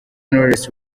knowless